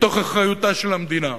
מתוך אחריותה של המדינה.